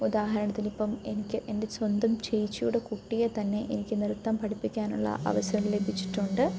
ഉദാഹരണത്തിനിപ്പം എനിക്ക് എൻ്റെ സ്വന്തം ചേച്ചിയുടെ കുട്ടിയെ തന്നെ എനിക്ക് നൃത്തം പഠിപ്പിക്കാനുള്ള അവസരം ലഭിച്ചിട്ടുണ്ട്